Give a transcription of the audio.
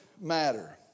matter